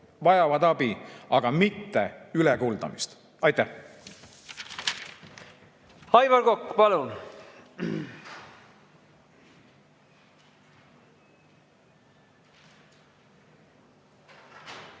vajavad abi, aga mitte ülekuldamist. Aitäh! Aivar Kokk, palun!